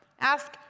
Ask